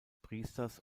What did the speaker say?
priesters